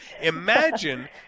Imagine